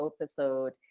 episode